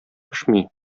пешми